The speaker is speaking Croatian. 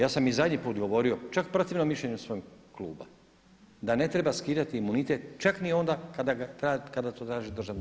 Ja sam i zadnji put govorio čak protivno mišljenju svog kluba, da ne treba skidati imunitet čak ni onda kada to traži Državno